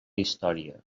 història